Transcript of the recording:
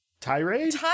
Tirade